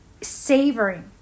savoring